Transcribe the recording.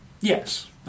Yes